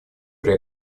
при